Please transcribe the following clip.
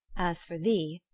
as for thee,